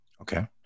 Okay